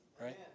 right